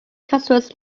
customers